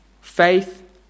faith